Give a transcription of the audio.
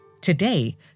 Today